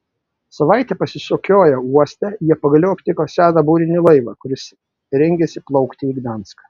savaitę pasisukioję uoste jie pagaliau aptiko seną burinį laivą kuris rengėsi plaukti į gdanską